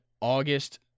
August